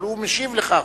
אבל הוא משיב לך עכשיו.